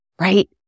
right